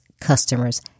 customers